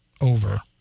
over